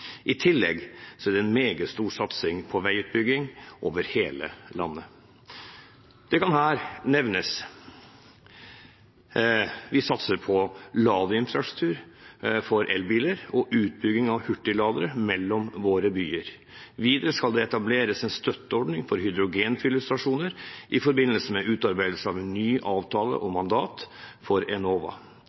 I tillegg er det en meget stor satsing på veiutbygging over hele landet. Det kan her nevnes at vi satser på infrastruktur for lading av elbiler og utbygging av hurtigladere mellom våre byer. Videre skal det etableres en støtteordning for hydrogenfyllestasjoner i forbindelse med utarbeidelse av en ny avtale og mandat for Enova.